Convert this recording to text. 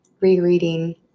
rereading